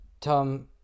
Tom